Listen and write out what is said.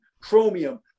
chromium